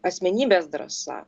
asmenybės drąsa